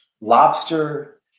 lobster